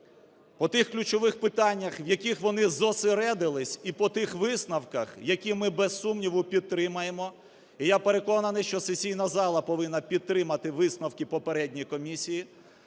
по тих ключових питаннях, в яких вони зосередились, і по тих висновках, які ми, без сумніву, підтримаємо. І я переконаний, що сесійна зала повинна підтримати висновки попередньої комісії,